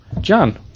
John